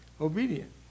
obedient